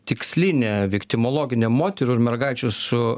tikslinė viktimologinė moterų ir mergaičių su